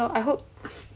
I hope